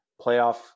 playoff